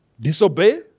disobey